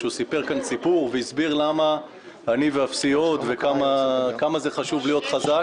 כשהוא סיפר כאן סיפור והסביר למה אני ואפסי עוד וכמה זה חשוב להיות חזק,